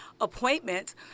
appointments